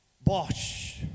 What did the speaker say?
Bosch